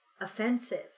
offensive